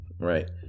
right